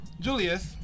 Julius